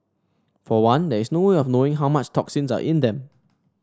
for one there is no way of knowing how much toxins are in them